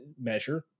measure